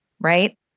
right